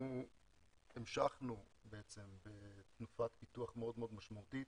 המשכנו בתנופת פיתוח מאוד מאוד משמעותית,